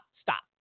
stop